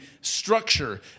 structure